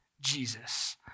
Jesus